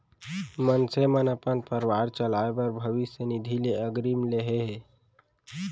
मनसे मन अपन परवार चलाए बर भविस्य निधि ले अगरिम ले हे